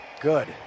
Good